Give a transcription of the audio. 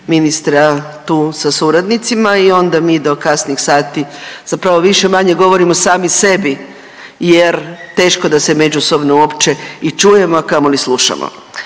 ministra tu sa suradnicima i onda mi do kasnih sati zapravo više-manje govorimo sami sebi jer teško da se međusobno uopće i čujemo, a kamoli slušamo.